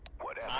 would